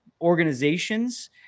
organizations